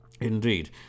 indeed